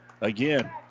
again